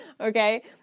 okay